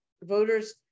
voters